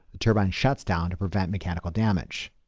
the turbine shuts down to prevent mechanical damage.